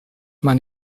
man